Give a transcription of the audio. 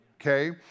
Okay